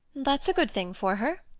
that's a good thing for her.